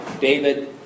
David